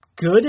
good